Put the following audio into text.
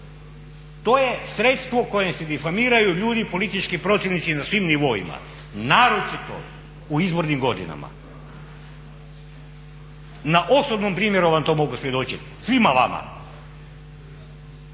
To je sredstvo kojim se difamiraju ljudi politički protivnici na svim nivoima naročito u izbornim godinama. Na osobnom primjeru vam to mogu svjedočiti svima vama.